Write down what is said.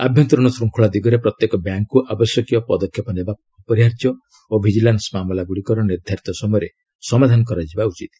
ଆଭ୍ୟନ୍ତରୀଣ ଶୃଙ୍ଖଳା ଦିଗରେ ପ୍ରତ୍ୟେକ ବ୍ୟାଙ୍କ୍କୁ ଆବଶ୍ୟକ ପଦକ୍ଷେପ ନେବା ଅପରିହାର୍ଯ୍ୟ ଓ ଭିଜିଲାନ୍ସ ମାମଲାଗୁଡ଼ିକର ନିର୍ଦ୍ଧାରିତ ସମୟରେ ସମାଧାନ କରାଯିବା ଉଚିତ୍